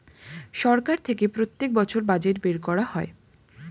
সরকার থেকে প্রত্যেক বছর বাজেট বের করা হয়